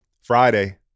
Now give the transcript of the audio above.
Friday